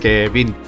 Kevin